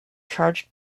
charged